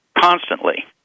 constantly